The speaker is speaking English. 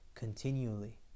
continually